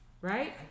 right